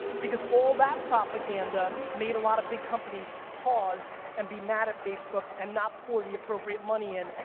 because all that propaganda made a lot of big companies pause and be mad at facebook and not pour the appropriate money in,